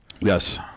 Yes